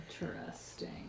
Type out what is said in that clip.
Interesting